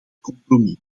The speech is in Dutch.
compromis